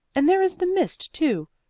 and there is the mist, too,